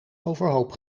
overhoop